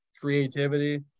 creativity